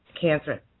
cancer